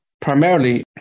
primarily